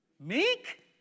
Meek